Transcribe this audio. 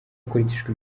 hakurikijwe